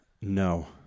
No